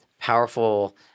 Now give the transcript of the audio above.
powerful